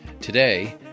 Today